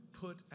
put